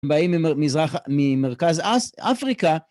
באים ממרכז אפריקה.